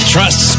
Trust